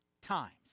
times